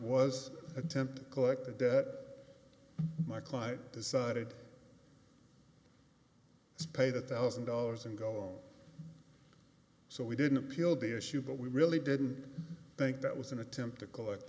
was attempt to collect a debt my client decided to pay the thousand dollars and go so we didn't appeal the issue but we really didn't think that was an attempt to collect